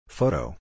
Photo